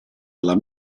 alla